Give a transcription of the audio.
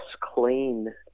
Clean